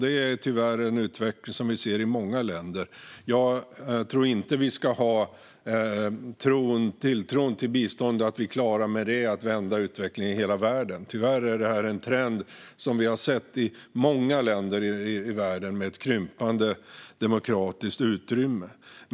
Det är tyvärr en utveckling som vi ser i många länder; jag tror inte att vi ska tro att vi med biståndet klarar att vända utvecklingen i hela världen. Tyvärr är detta med ett krympande demokratiskt utrymme en trend vi har sett i många länder i världen.